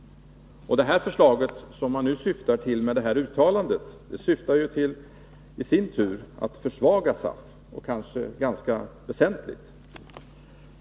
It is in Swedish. Det förslag man åsyftar med det här uttalandet syftar i sin tur till att — kanske ganska väsentligt — försvaga SAF.